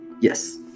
Yes